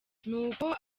nuko